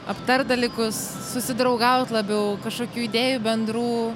aptart dalykus susidraugaut labiau kažkokių idėjų bendrų